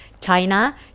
China